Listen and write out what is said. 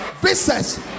business